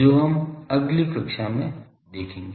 जो अगली कक्षा में देखेंगे